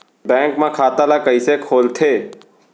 Bank म खाता ल कइसे खोलथे?